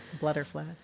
butterflies